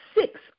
six